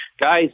Guys